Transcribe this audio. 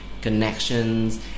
connections